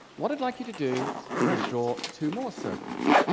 what i'd like you to do is draw two more circles